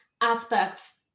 aspects